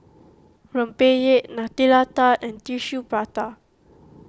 Rempeyek Nutella Tart and Tissue Prata